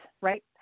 right